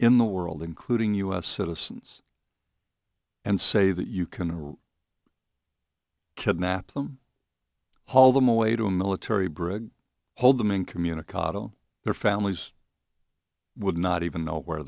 in the world including u s citizens and say that you can kidnap them haul them away to a military brig hold them incommunicado their families would not even know where